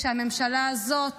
כשהממשלה הזאת